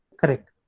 correct